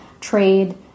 trade